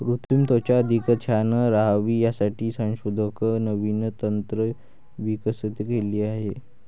कृत्रिम त्वचा अधिक छान राहावी यासाठी संशोधक नवीन तंत्र विकसित केले आहे